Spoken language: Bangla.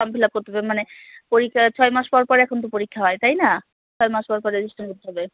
ফর্ম ফিল আপ করতে হবে মানে পরীক্কার ছয় মাস পরপর এখন তো পরীক্ষা হয় তাই না ছয় মাস পরপর রেজিস্টার করতে হবে